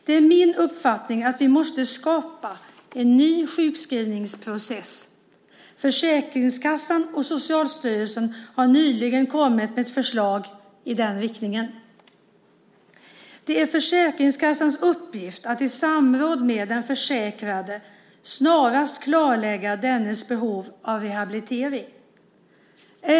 Det är min uppfattning att vi måste skapa en ny sjukskrivningsprocess. Försäkringskassan och Socialstyrelsen har nyligen kommit med förslag i den riktningen. Det är Försäkringskassans uppgift att i samråd med den försäkrade snarast klarlägga dennes behov av rehabilitering.